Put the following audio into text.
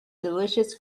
delicious